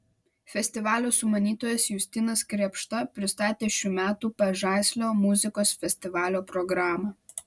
festivalio sumanytojas justinas krėpšta pristatė šių metų pažaislio muzikos festivalio programą